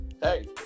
Hey